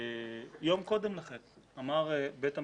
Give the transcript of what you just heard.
יום קודם לכן אמר בית המשפט: